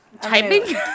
Typing